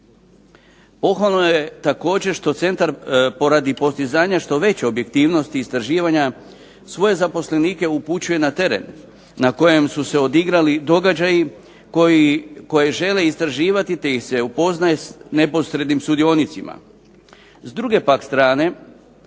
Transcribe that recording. Pohvalno je također što centar poradi postizanja što veće objektivnosti istraživanja svoje zaposlenike upućuje na teren na kojem su se odigrali događaji koje žele istraživati, te ih se upoznaje neposrednim sudionicima.